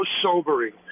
sobering